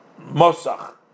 Mosach